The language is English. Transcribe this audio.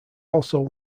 also